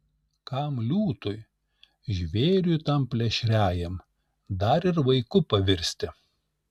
kam liūtui žvėriui tam plėšriajam dar ir vaiku pavirsti